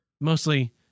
Mostly